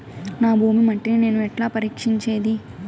నా భూమి మట్టిని నేను ఎట్లా పరీక్షించేది?